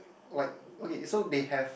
like okay so they have